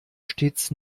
stets